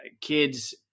kids